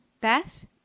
beth